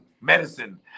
medicine